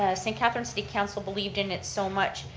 ah st. catherine's city council believed in it so much,